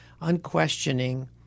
unquestioning